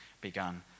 begun